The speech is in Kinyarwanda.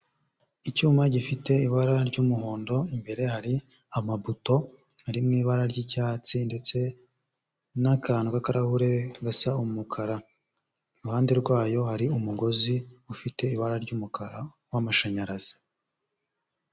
Icyuma gifite ibara ry'umuhondo, imbere hari amabuto ari mu ibara ry'icyatsi ndetse n'akantu k'akarahuri gasa umukara. Iruhande rwayo hari umugozi ufite ibara ry'umukara w'amashanyarazi.